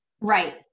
right